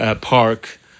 Park